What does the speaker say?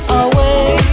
away